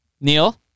Neil